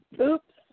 Oops